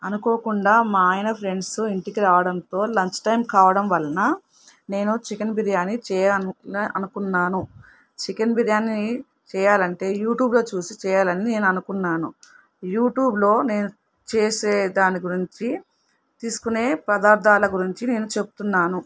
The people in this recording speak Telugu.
అనుకోకుండా మా ఆయన ఫ్రెండ్స్ ఇంటికి రావడంతో లంచ్ టైం కావడం వలన నేను చికెన్ బిర్యానీ చేయాలని అనుకున్నాను చికెన్ బిర్యానీ చేయాలి అంటే యూట్యూబ్లో చూసి చేయాలని నేను అనుకుంటున్నాను యూట్యూబ్లో నేను చేసే దాని గురించి తీసుకునే పదార్థాల గురించి నేను చెప్తున్నాను